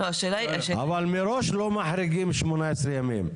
אבל מראש לא מחריגים 18 ימים.